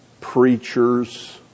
preachers